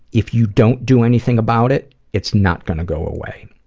if you don't do anything about it, it's not gonna go away,